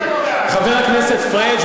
חבר הכנסת פריג',